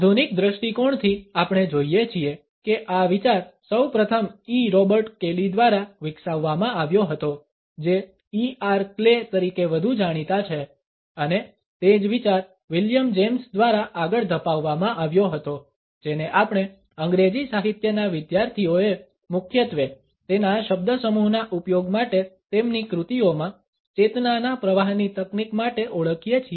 આધુનિક દ્રષ્ટિકોણથી આપણે જોઇએ છીએ કે આ વિચાર સૌપ્રથમ ઇ રોબર્ટ કેલી દ્વારા વિકસાવવામાં આવ્યો હતો જે ઇ આર ક્લે તરીકે વધુ જાણીતા છે અને તે જ વિચાર વિલિયમ જેમ્સ દ્વારા આગળ ધપાવવામાં આવ્યો હતો જેને આપણે અંગ્રેજી સાહિત્યના વિદ્યાર્થીઓએ મુખ્યત્વે તેના શબ્દસમૂહના ઉપયોગ માટે તેમની કૃતિઓમાં ચેતનાના પ્રવાહની તકનીક માટે ઓળખીએ છીએ